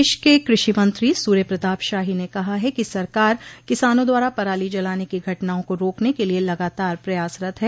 प्रदेश के कृषि मंत्री सूर्य प्रताप शाही ने कहा है कि सरकार किसानों द्वारा पराली जलाने की घटनाओं को रोकने के लिये लगातार प्रयासरत है